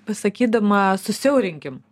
pasakydama susiaurinkim